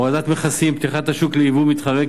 הורדת מכסים ופתיחת השוק ליבוא מתחרה,